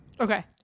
Okay